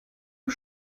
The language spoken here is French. aux